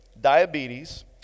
diabetes